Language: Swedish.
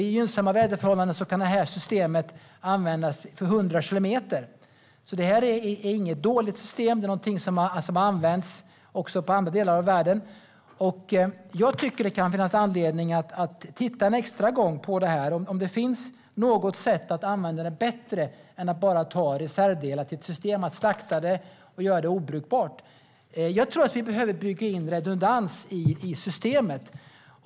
I gynnsamma väderförhållanden kan radarsystemet användas för 100 kilometers räckvidd. Det är inget dåligt system, utan det används också i andra delar världen. Jag tycker att det kan finnas anledning att titta en extra gång om det finns något sätt att använda systemet på ett bättre sätt än att bara använda reservdelar, det vill säga slakta och göra det obrukbart. Vi behöver bygga in redundans i systemet.